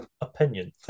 opinion